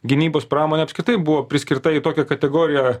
gynybos pramonė apskritai buvo priskirta į tokią kategoriją